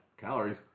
calories